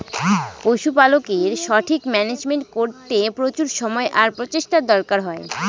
পশুপালকের সঠিক মান্যাজমেন্ট করতে প্রচুর সময় আর প্রচেষ্টার দরকার হয়